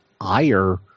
ire